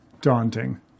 daunting